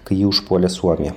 kai ji užpuolė suomiją